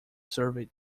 survey